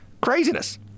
Craziness